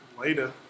Later